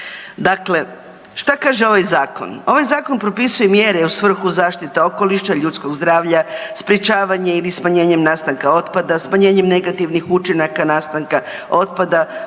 Dakle, šta kaže ovaj zakon? Ovaj zakon propisuje mjere u svrhu zaštite okoliša, ljudskog zdravlja, sprečavanje ili smanjenjem nastanka otpada, smanjenjem negativnih učinaka nastanka otpada,